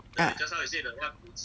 ah